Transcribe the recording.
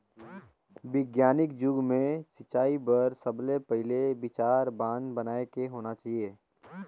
बिग्यानिक जुग मे सिंचई बर सबले पहिले विचार बांध बनाए के होना चाहिए